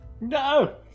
No